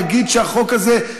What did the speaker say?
יגיד שהחוק הזה,